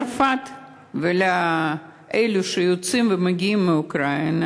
לעלייה מצרפת ולאלו שיוצאים ומגיעים מאוקראינה,